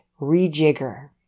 rejigger